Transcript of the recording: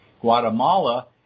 Guatemala